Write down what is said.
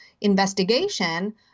investigation